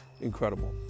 incredible